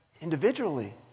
individually